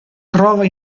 trova